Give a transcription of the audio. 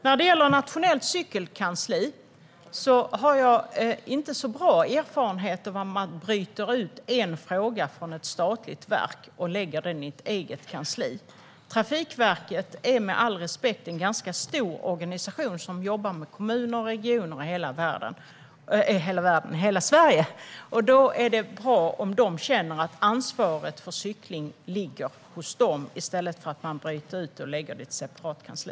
När det gäller frågan om ett nationellt cykelkansli har jag inte särskilt bra erfarenheter av att bryta ut en fråga från ett statligt verk och lägga den i ett eget kansli. Trafikverket är, med all respekt, en ganska stor organisation som jobbar med kommuner och regioner i hela Sverige. Det är bra om de känner att ansvaret för cykling ligger hos dem, i stället för att man ska bryta ut det och lägga det i ett separat kansli.